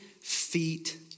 feet